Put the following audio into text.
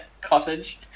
cottage